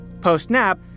post-nap